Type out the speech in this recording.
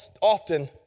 often